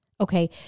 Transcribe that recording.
Okay